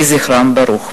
יהי זכרם ברוך.